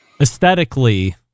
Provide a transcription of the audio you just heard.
Aesthetically